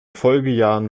folgejahren